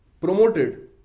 promoted